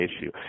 issue